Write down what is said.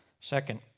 Second